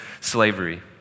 slavery